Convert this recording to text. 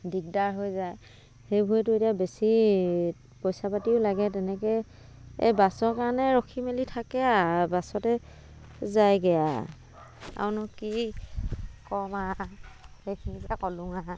দিগদাৰ হৈ যায় সেইবোৰেটো এতিয়া বেছি পইচা পাতিও লাগে তেনেকৈ এই বাছৰ কাৰণে ৰখি মেলি থাকে আ বাছতে যায়গৈ আ আৰুনো কি ক'ম আ সেইখিনিকে কলোং আ